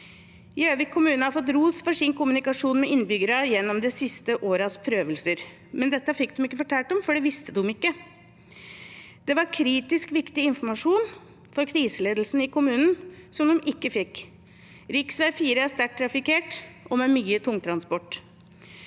Gjøvik kommune har fått ros for sin kommunikasjon med innbyggerne gjennom de siste årenes prøvelser, men dette fikk de ikke fortalt om, for det visste de ikke. Det var kritisk viktig informasjon for kriseledelsen i kommunen som de ikke fikk. Rv. 4 er sterkt trafikkert og har mye tungtransport.